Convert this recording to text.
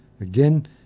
Again